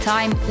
Time